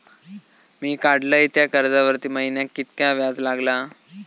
मी काडलय त्या कर्जावरती महिन्याक कीतक्या व्याज लागला?